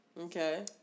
Okay